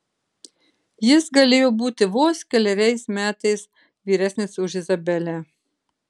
jis galėjo būti vos keleriais metais vyresnis už izabelę